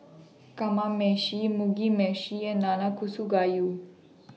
Kamameshi Mugi Meshi and Nanakusa Gayu